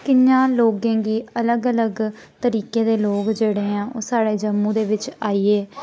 कि'यां लोगें गी अलग अलग तरीके दे लोक जेह्ड़े ऐ ओह् साढ़े जम्मू दे बिच्च आई गे